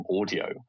audio